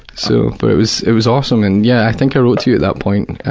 so it was it was awesome, and yeh, i think i wrote to you at that point,